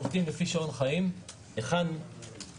עובדים לפי שעון חיים של היכן העומסים,